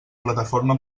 plataforma